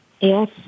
Yes